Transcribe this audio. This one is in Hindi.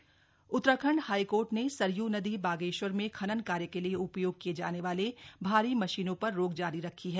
हाईकोर्ट उत्तराखंड हाइकोर्ट ने सरयू नदी बागेश्वर में खनन कार्य के लिए उपयोग किये जाने वाले भारी मशीनों पर रोक जारी रखी है